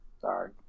Sorry